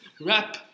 rap